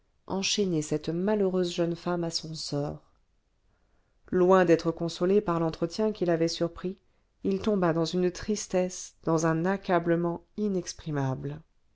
enchaîné cette malheureuse jeune femme à son sort loin d'être consolé par l'entretien qu'il avait surpris il tomba dans une tristesse dans un accablement